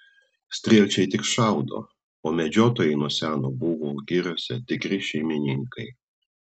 strielčiai tik šaudo o medžiotojai nuo seno buvo giriose tikri šeimininkai